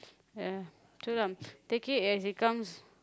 ya true lah take it as it comes